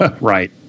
Right